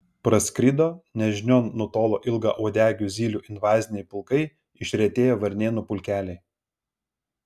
praskrido nežinion nutolo ilgauodegių zylių invaziniai pulkai išretėjo varnėnų pulkeliai